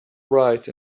bright